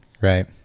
Right